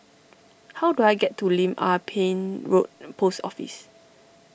how do I get to Lim Ah Pin Road Post Office